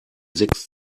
sechs